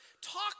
talk